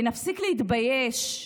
ונפסיק להתבייש,